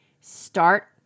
Start